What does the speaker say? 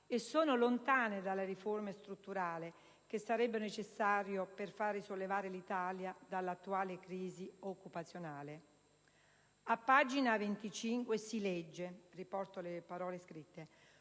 e sono lontane dalle riforme strutturali che sarebbero necessarie per far risollevare l'Italia dall'attuale crisi occupazionale. A pagina 25 del DPEF si legge: